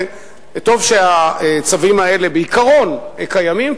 וטוב שהצווים האלה בעיקרון קיימים,